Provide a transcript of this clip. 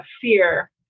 fear